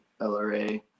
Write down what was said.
LRA